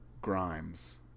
Grimes